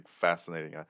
fascinating